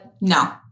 no